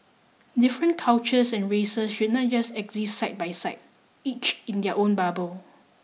different cultures and races should not just exist side by side each in their own bubble